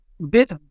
Bit